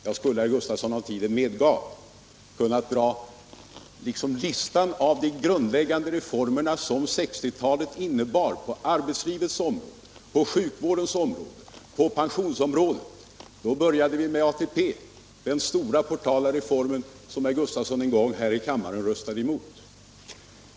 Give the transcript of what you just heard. Jag skulle, herr Gustavsson, om tiden medgav kunna dra listan över de grundläggande reformer som 1960-talet innebar på arbetslivets område, på sjukvårdens område och på pensionsområdet. Då började vi med ATP, den stora reform som herr Gustavsson en gång i riksdagen röstade emot.